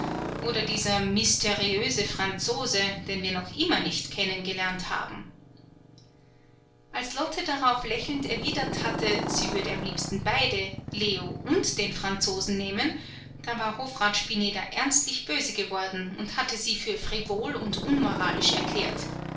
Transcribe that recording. oder dieser mysteriöse franzose den wir noch immer nicht kennen gelernt haben als lotte darauf lächelnd erwidert hatte sie würde am liebsten beide leo und den franzosen nehmen da war hofrat spineder ernstlich böse geworden und hatte sie für frivol und unmoralisch erklärt